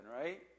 right